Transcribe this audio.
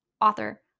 author